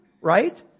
right